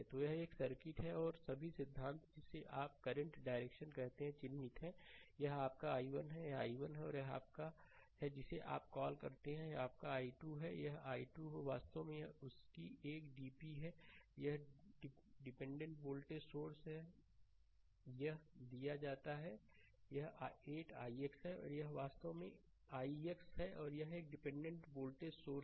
तो यह सर्किट है और सभी सिद्धांत जिसे आप करंट डायरेक्शन कहते हैं चिह्नित हैं यह आपका i1 है यह i1 है और यह आपका है जिसे आप कॉल करते हैं यह आपका i2 है यह i2 है वास्तव में यह इसकी एक डीपी है या डिपेंडेंट वोल्टेज सोर्स यह दिया जाता है यह 8 ix है और यह वास्तव में ix है और यह एक डिपेंडेंट वोल्टेज सोर्स है